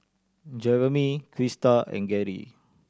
Jereme Crysta and Gerri